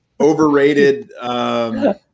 overrated